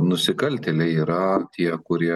nusikaltėliai yra tie kurie